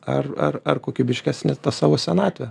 ar ar ar kokybiškesnę tą savo senatvę